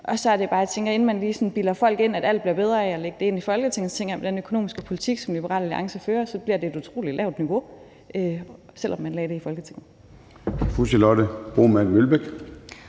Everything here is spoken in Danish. jeg tænker: Inden man lige sådan bilder folk ind, at alt bliver bedre af at lægge det ind i Folketinget, så tænker jeg, at med den økonomiske politik, som Liberal Alliance fører, ville det blive et utrolig lavt niveau, selv om man lagde det i Folketinget.